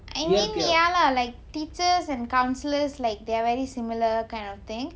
I mean ya lah like teachers and counsellors like they are very similar kind of thing